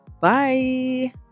Bye